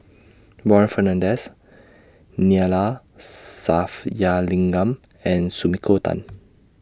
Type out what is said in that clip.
Warren Fernandez Neila Sathyalingam and Sumiko Tan